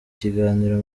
kiganiro